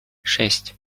шесть